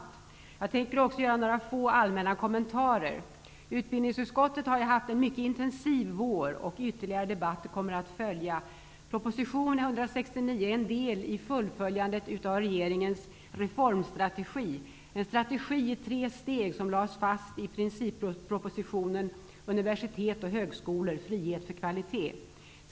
Jag tänker också göra några få allmänna kommentarer. Utbildningsutskottet har ju haft en mycket intensiv vår och ytterligare debatter kommer att följa. Proposition 1992/93:169 är en del i fullföljandet av regeringens reformstrategi, en strategi i tre steg som lades fast i princippropositionen Universitet och högskolor -- frihet för kvalitet.